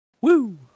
Woo